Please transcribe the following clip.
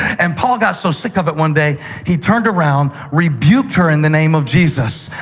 and paul got so sick of it one day he turned around, rebuked her in the name of jesus,